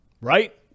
Right